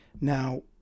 Now